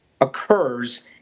occurs